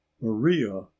maria